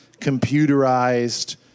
computerized